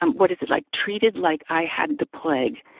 um what is it? like treated like i had the plague.